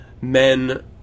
men